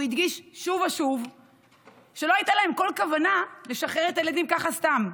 הוא הדגיש שוב ושוב שלא הייתה להם כל הכוונה לשחרר את הילדים ככה סתם.